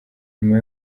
nyuma